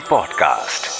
Podcast